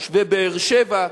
תושבי באר-שבע,